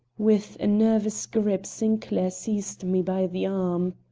with a nervous grip sinclair seized me by the arm.